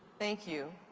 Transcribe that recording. thank you.